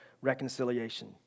reconciliation